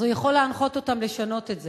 אז הוא יכול להנחות אותם לשנות את זה.